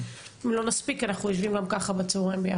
אם לא נספיק אנחנו יושבים גם ככה בצהריים.